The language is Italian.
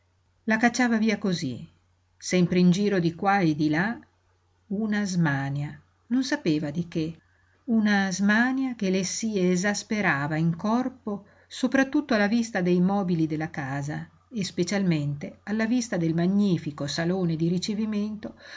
la cacciava via cosí sempre in giro di qua e di là una smania non sapeva di che una smania che le si esasperava in corpo sopra tutto alla vista dei mobili della casa e specialmente alla vista del magnifico salone di ricevimento